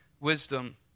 wisdom